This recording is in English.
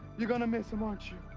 you're gonna miss him, aren't you?